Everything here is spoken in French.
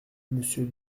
monsieur